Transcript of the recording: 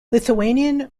lithuanian